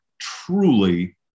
truly